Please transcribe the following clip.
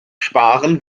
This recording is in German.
sparen